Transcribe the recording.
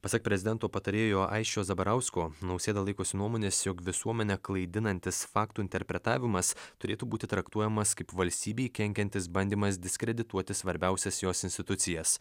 pasak prezidento patarėjo aisčio zabarausko nausėda laikosi nuomonės jog visuomenę klaidinantis faktų interpretavimas turėtų būti traktuojamas kaip valstybei kenkiantis bandymas diskredituoti svarbiausias jos institucijas